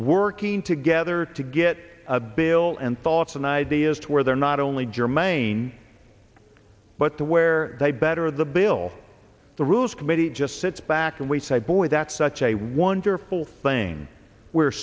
working together to get a bill and thoughts and ideas to where they're not only germane but the where they better the bill the rules committee he just sits back and we say boy that's such a wonderful thing we're